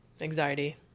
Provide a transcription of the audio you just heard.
anxiety